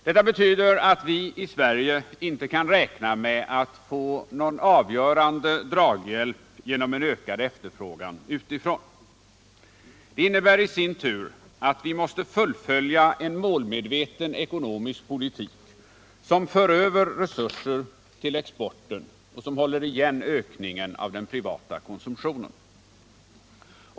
Detta betyder att vi i Sverige inte kan räkna med att få någon avgörande draghjälp genom en ökad efterfrågan utifrån. Det innebär i sin tur att vi måste fullfölja en målmedveten ekonomisk politik som för över resurser till exporten och som håller igen ökningen av den privata konsumtionen.